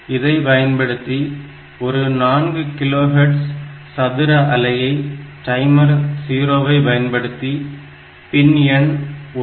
இதை பயன்படுத்தி ஒரு 4 கிலோ ஹேர்ட்ஸ் சதுர அலையை டைமர் 0 ஐ பயன்படுத்தி பின் எண் 1